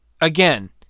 again